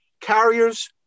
Carriers